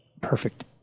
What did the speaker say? perfect